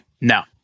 No